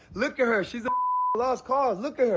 look at her, she's a lost cause, look at her.